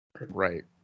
Right